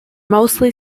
mostly